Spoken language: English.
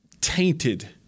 tainted